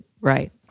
right